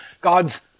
God's